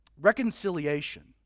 reconciliation